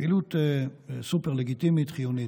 פעילות סופר-לגיטימית וחיונית.